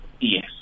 Yes